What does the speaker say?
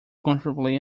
comfortably